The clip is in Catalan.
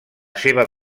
seva